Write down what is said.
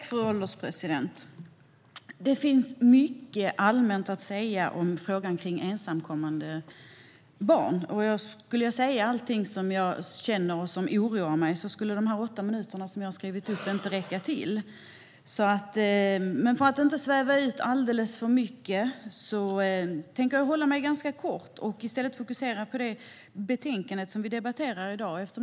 Fru ålderspresident! Det finns mycket allmänt att säga om frågan om ensamkommande barn. Om jag skulle säga allt som jag känner och som oroar mig skulle de åtta minuter som jag har anmält inte räcka till. För att inte sväva ut alltför mycket tänker jag vara ganska kortfattad och fokusera på det betänkande som vi debatterar i dag.